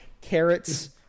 Carrots